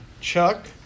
Chuck